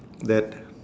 that